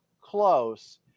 close